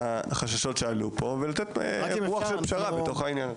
לחששות שעלו פה ולתת רוח של פשרה בעניין.